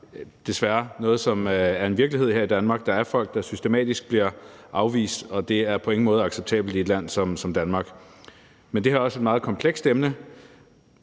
desværre noget, der er virkeligheden her i Danmark. Der er folk, der systematisk bliver afvist, og det er på ingen måde acceptabelt i et land som Danmark. Men det er også et meget komplekst emne.